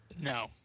No